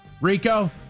Rico